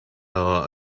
our